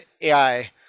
AI